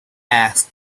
asked